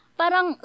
parang